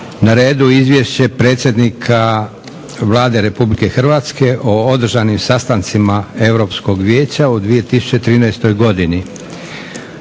na redu -- Izvješće predsjednika Vlade Republike Hrvatske o održanim sastancima Europskog vijeća u 2013. godini: